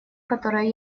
которая